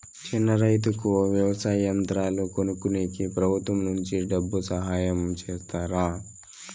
చిన్న రైతుకు వ్యవసాయ యంత్రాలు కొనుక్కునేకి ప్రభుత్వం నుంచి డబ్బు సహాయం చేస్తారా?